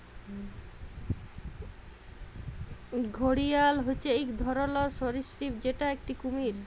ঘড়িয়াল হচ্যে এক ধরলর সরীসৃপ যেটা একটি কুমির